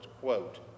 quote